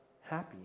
happy